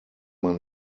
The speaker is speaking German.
man